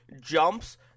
jumps